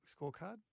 scorecard